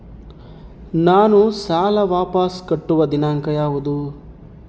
ನಾನು ಸಾಲ ವಾಪಸ್ ಕಟ್ಟುವ ದಿನಾಂಕ ಯಾವುದು?